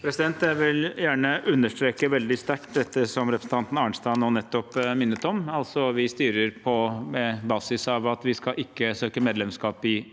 Jeg vil gjerne understreke veldig sterkt dette som representanten Arnstad nå nettopp minnet om: Vi styrer på basis av at vi ikke skal søke medlemskap i